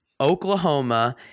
Oklahoma